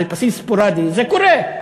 על בסיס ספורדי זה קורה.